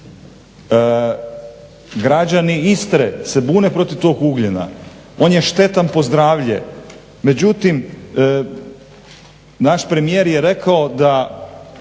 Građani Istre se bune protiv tog ugljena, on je štetan po zdravlje međutim naš premijer je rekao da